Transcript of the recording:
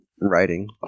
writing